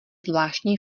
zvláštní